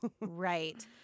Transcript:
Right